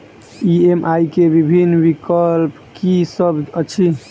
EMI केँ विभिन्न विकल्प की सब अछि